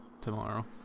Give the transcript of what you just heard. tomorrow